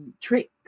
tricks